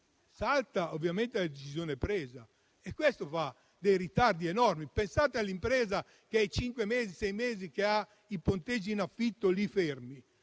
salta ovviamente la decisione presa e questo crea ritardi enormi. Pensate all'impresa che ha i ponteggi in affitto fermi